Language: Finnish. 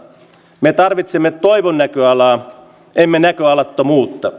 me tarvitsemme toivon näköalaa emme näköalattomuutta